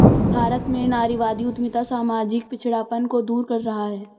भारत में नारीवादी उद्यमिता सामाजिक पिछड़ापन को दूर कर रहा है